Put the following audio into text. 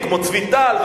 משפט אחד.